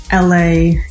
LA